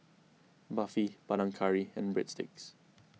Barfi Panang Curry and Breadsticks